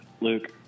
Luke